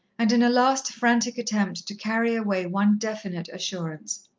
and in a last frantic attempt to carry away one definite assurance.